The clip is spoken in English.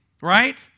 right